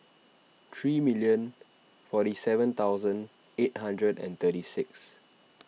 three million forty seven thousand eight hundred and thirty six